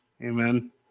Amen